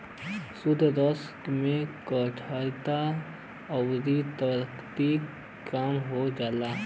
शुद्ध रेसा में कठोरता आउर ताकत कम हो जाला